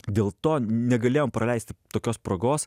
dėl to negalėjom praleisti tokios progos